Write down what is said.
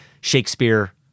Shakespeare